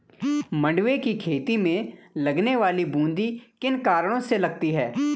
मंडुवे की खेती में लगने वाली बूंदी किन कारणों से लगती है?